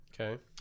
okay